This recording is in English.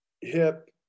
hip